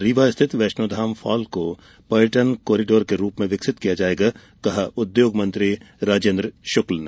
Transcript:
रीवा स्थित वैष्णोधाम फॉल को पर्यटन कॉरीडोर के रूप में विकसित किया जायेगा कहा उद्योग मंत्री राजेन्द्र शुक्ल ने